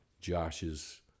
josh's